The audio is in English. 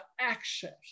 access